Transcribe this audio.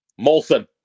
Molson